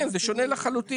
זה שונה לחלוטין,